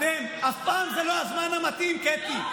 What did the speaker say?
אף פעם זה לא הזמן המתאים, קטי.